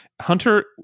Hunter